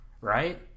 right